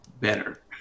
better